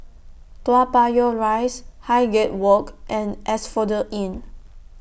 Toa Payoh Rise Highgate Walk and Asphodel Inn